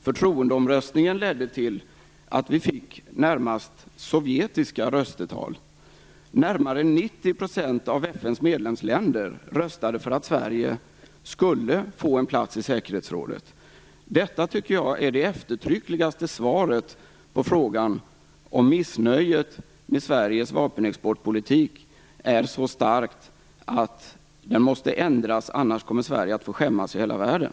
Förtroendeomröstningen ledde till att vi fick närmast sovjetiska röstetal - närmare 90 % av FN:s medlemsländer röstade för att Sverige skulle få en plats i säkerhetsrådet. Detta tycker jag är det eftertryckligaste svaret på frågan om huruvida missnöjet med Sveriges vapenexportpolitik är så starkt att denna måste ändras om inte Sverige skall behöva skämmas i hela världen.